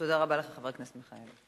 תודה רבה לך, חבר הכנסת מיכאלי.